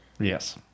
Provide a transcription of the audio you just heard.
Yes